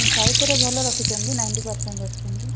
ସାହିତ୍ୟରେ ଭଲ ରଖିଛନ୍ତି ନାଇଣ୍ଟି ପରସେଣ୍ଟ ରଖିଛନ୍ତି